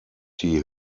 die